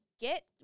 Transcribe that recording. get